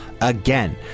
Again